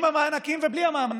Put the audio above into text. עם המענקים ובלי המענקים,